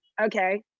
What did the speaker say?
Okay